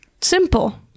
Simple